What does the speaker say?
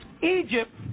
Egypt